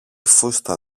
φούστα